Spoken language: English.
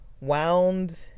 wound